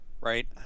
Right